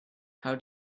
how